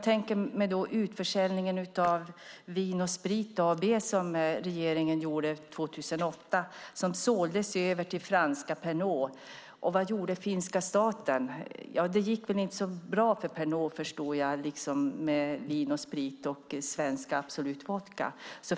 År 2008 sålde svenska regeringen Vin & Sprit AB till franska Pernod Ricard. Och vad gjorde finska staten? Jag har förstått att det inte gick så bra för Pernod med Vin & Sprit och det svenska Absolut Vodka.